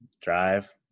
Drive